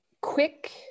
quick